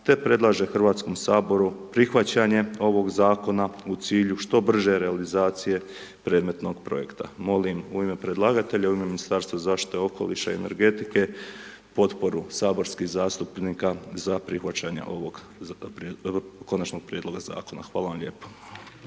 te predlaže HS-u prihvaćanje ovog Zakona u cilju što brže realizacije predmetnog Projekta. Molim u ime predlagatelja, u ime Ministarstva zaštite okoliša i energetike, potporu saborskih zastupnika za prihvaćanje ovog Konačnog prijedloga Zakona. Hvala vam lijepo.